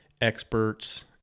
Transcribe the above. experts